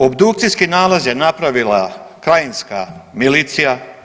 Obdukcijski nalaz je napravila krajinska milicija.